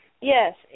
Yes